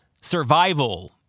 survival